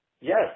Yes